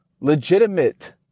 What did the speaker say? legitimate